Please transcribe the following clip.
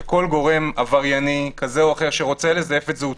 לכל גורם עברייני כזה או אחר שרוצה לזייף את זהותו,